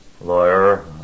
lawyer